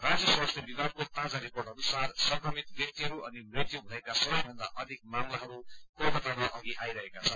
राज्य स्वास्थ्य विभागको ताजा रिपोर्ट अनुसार संक्रमित व्यक्तिहरू अनि मृत्यु भएको सबैभन्दा अधिक मामलाहरू कलकतामा अघि आइरहेका छन्